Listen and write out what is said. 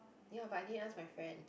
ya but I didn't ask my friend